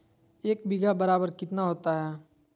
एक बीघा बराबर कितना होता है?